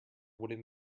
wooden